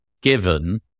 given